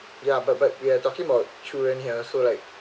ya but but we're talking about children here so like